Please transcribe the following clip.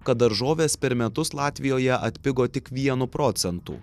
kad daržovės per metus latvijoje atpigo tik vienu procentu